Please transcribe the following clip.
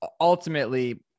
ultimately